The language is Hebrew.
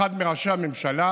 מראשי הממשלה.